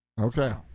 Okay